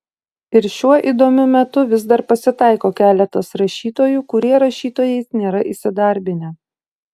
ir šiuo įdomiu metu vis dar pasitaiko keletas rašytojų kurie rašytojais nėra įsidarbinę